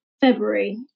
February